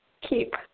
keep